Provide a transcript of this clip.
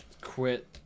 quit